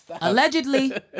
Allegedly